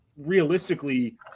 realistically